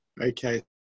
Okay